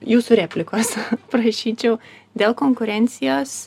jūsų replikos prašyčiau dėl konkurencijos